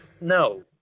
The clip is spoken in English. no